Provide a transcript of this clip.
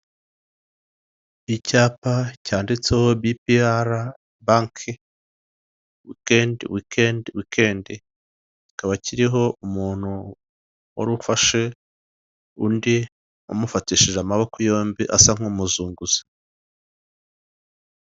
Icyapa cyanditseho bipiyara banke wikendi wikendi wikendi kikaba kiriho umuntu wari ufashe undi amafatishije amaboko yombi asa nkumuzunguza.